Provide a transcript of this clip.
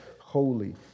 holy